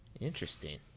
Interesting